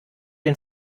den